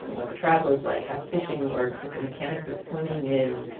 um what the travel is like, how fishing works with the mechanics of swimming is.